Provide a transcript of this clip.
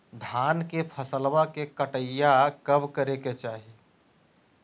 धान के फसलवा के कटाईया कब करे के चाही?